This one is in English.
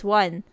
one